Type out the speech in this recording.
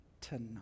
tonight